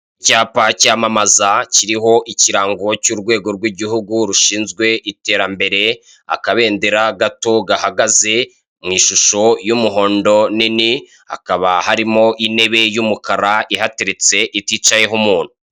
icyapa cyamamaza kiriho ikirango cy'urwego rw'igihugu rushinzwe iterambere akabendera gato gahagaze mu ishusho y'umuhondo nini hakaba harimo intebe y'umukara ihateretse iticayeho umuntu.